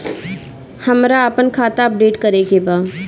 हमरा आपन खाता अपडेट करे के बा